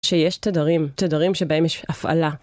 שיש תדרים, תדרים שבהם יש הפעלה.